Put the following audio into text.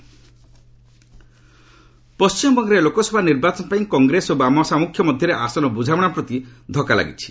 W B Congress ପଶ୍ଚିମବଙ୍ଗରେ ଲୋକସଭା ନିର୍ବାଚନ ପାଇଁ କଂଗ୍ରେସ ଓ ବାମସାମୁଖ୍ୟ ମଧ୍ୟରେ ଆସନ ବୁଝାମଣା ପ୍ରତି ଧକ୍କା ଲାଗିଛି